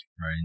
Right